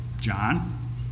John